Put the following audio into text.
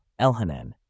Elhanan